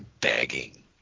begging